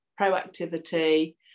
proactivity